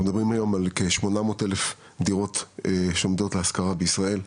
אנחנו מדברים היום על כ-800,000 דירות שעומדות להשכרה במדינת ישראל,